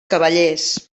cavallers